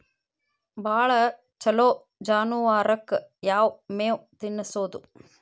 ಭಾಳ ಛಲೋ ಜಾನುವಾರಕ್ ಯಾವ್ ಮೇವ್ ತಿನ್ನಸೋದು?